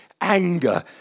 anger